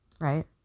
right